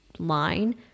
line